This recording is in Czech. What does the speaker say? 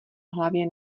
hlavě